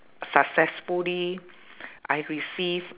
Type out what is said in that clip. successfully I received